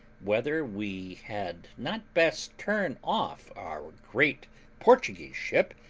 whether we had not best turn off our great portuguese ship,